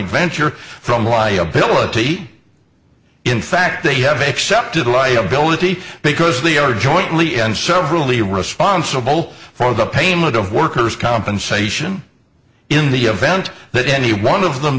venture from liability in fact they have accepted liability because they are jointly and severally responsible for the payment of workers compensation in the event that any one of them